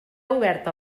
oberta